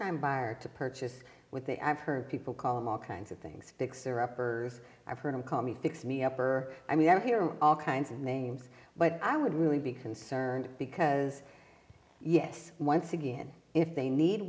time buyer to purchase with a i've heard people call him all kinds of things fixer uppers i've heard him call me fix me up or i mean i hear all kinds of names but i would really be concerned because yes once again if they need